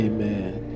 Amen